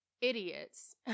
idiots